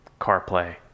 CarPlay